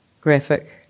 graphic